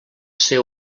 ser